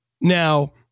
Now